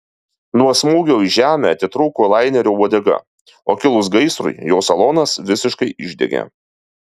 nuo smūgio į žemę atitrūko lainerio uodega o kilus gaisrui jo salonas visiškai išdegė